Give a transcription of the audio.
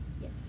Yes